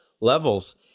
levels